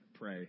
pray